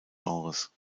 genres